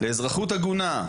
לאזרחות הגונה,